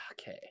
Okay